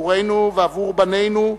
עבורנו ועבור בנינו,